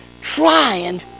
trying